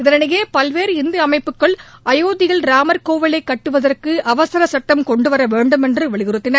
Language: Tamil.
இதனிடையே பல்வேறு இந்து அமைப்புகள் அயோத்தில் ராமர் கோவிலை கட்டுவதற்கு அவசர சுட்டம் கொண்டுவரவேண்டும் என்று வலியுறுத்தின